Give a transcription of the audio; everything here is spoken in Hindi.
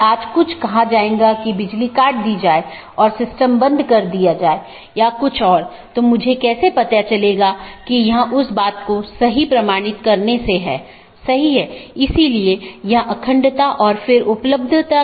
ऑटॉनमस सिस्टम के अंदर OSPF और RIP नामक प्रोटोकॉल होते हैं क्योंकि प्रत्येक ऑटॉनमस सिस्टम को एक एडमिनिस्ट्रेटर कंट्रोल करता है इसलिए यह प्रोटोकॉल चुनने के लिए स्वतंत्र होता है कि कौन सा प्रोटोकॉल उपयोग करना है